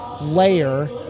layer